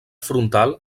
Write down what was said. frontal